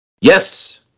yes